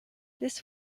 this